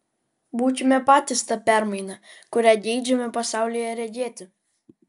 būkime patys ta permaina kurią geidžiame pasaulyje regėti